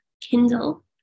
Kindle